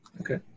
Okay